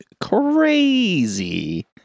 crazy